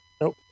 Nope